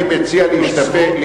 אני מציע להסתפק,